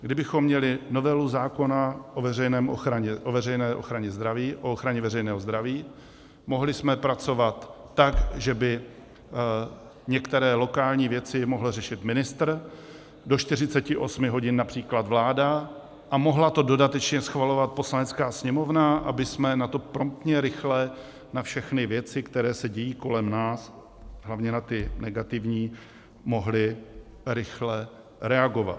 Kdybychom měli novelu zákona o ochraně veřejného zdraví, mohli jsme pracovat tak, že by některé lokální věci mohl řešit ministr, do 48 hodin například vláda a mohla to dodatečně schvalovat Poslanecká sněmovna, abychom na to promptně, rychle, na všechny věci, které se dějí kolem nás, hlavně na ty negativní, mohli rychle reagovat.